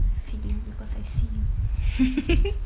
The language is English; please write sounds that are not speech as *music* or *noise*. I feel you because I see you *noise*